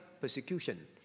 persecution